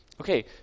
Okay